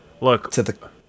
Look